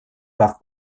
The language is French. par